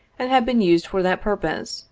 and had been used for that purpose,